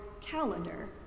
Calendar